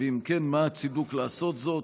ואם כן, מה הצידוק לעשות זאת?